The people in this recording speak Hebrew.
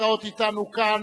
הנמצאות אתנו כאן,